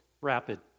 rapid